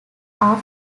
are